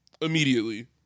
immediately